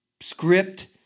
script